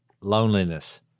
loneliness